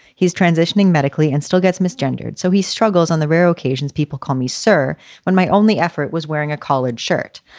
he's transitioning medically and still gets mis gendered, so he struggles on the rare occasions people call me sir when my only effort was wearing a collared shirt.